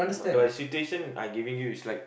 the situation I giving you is like